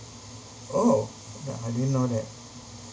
oh ya I didn't know that